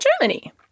Germany